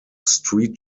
street